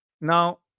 now